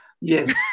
yes